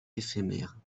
éphémère